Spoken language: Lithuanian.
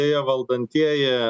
deja valdantieji